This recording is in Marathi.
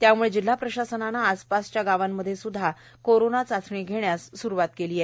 त्यामुळे जिल्हा प्रशासनाने आसपासच्या गावात सुद्धा कोरोना चाचणी घेण्यास स्रुवात केली आहे